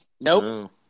Nope